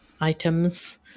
items